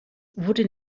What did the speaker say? wurde